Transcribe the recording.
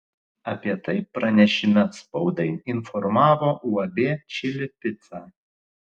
apie tai pranešime spaudai informavo uab čili pica